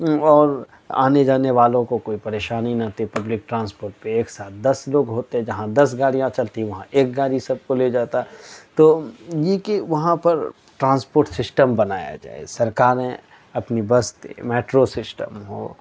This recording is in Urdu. اور آنے جانے والوں کو کوئی پریشانی نہ ہوتی پبلک ٹرانسپورٹ پہ ایک ساتھ دس لوگ ہوتے جہاں دس گاڑیاں چلتی وہاں ایک گاڑی سب کو لے جاتا تو یہ کہ وہاں پر ٹرانسپورٹ سسٹم بنایا جائے سرکاریں اپنی بس دے میٹرو سسٹم ہو